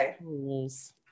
rules